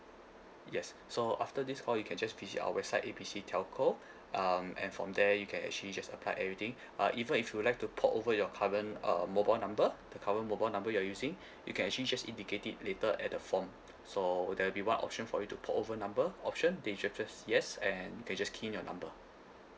yes so after this call you can just visit our website A B C telco um and from there you can actually just apply everything uh even if you'll like to port over your current uh mobile number the current mobile number you are using you can actually just indicate it later at the form so there will be one option for you to port over number option then you just yes and then you just key in your number